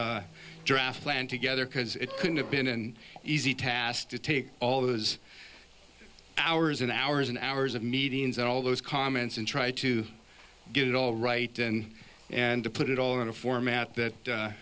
draft plan together because it couldn't have been easy task to take all those hours and hours and hours of meetings and all those comments and try to get it all right and and to put it all in a format that